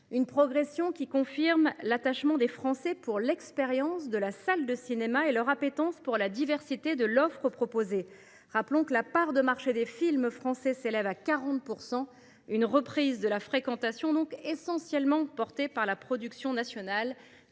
Sa progression confirme l’attachement des Français pour l’expérience de la salle de cinéma et leur appétence pour la diversité de l’offre proposée. Rappelons que la part de marché des films français s’élève à 40 %. La reprise de la fréquentation est donc essentiellement portée par la production nationale.